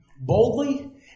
boldly